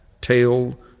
tail